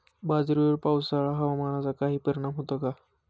बाजरीवर पावसाळा हवामानाचा काही परिणाम होतो का?